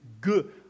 good